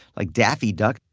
like daffy duck.